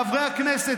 חברי הכנסת.